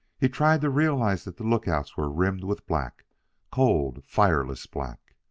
he tried to realize that the lookouts were rimmed with black cold, fireless black!